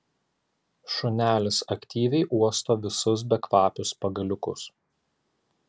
šunelis aktyviai uosto visus bekvapius pagaliukus